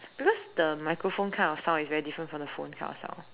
because the microphone kind of sound is different from the phone kind of sound